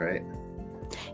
right